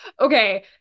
okay